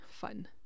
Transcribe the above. fun